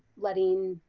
letting,